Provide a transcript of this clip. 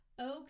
okay